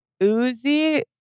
Uzi